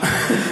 אתה,